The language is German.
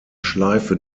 schleife